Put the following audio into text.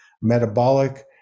metabolic